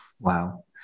Wow